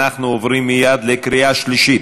אנחנו עוברים מייד לקריאה שלישית.